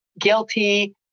guilty